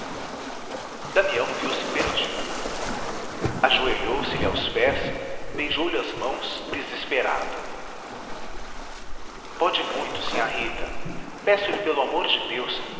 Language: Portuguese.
damião viu-se perdido ajoelhou se lhe aos pés beijou-lhe as mãos desesperado pode muito sinhá rita peço-lhe pelo amor de deus